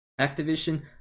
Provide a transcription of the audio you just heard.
Activision